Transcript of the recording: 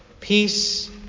Peace